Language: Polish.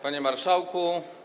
Panie Marszałku!